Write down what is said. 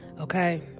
Okay